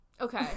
Okay